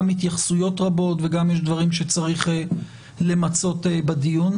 התייחסויות רבות וגם יש דברים שצריך למצות בדיון.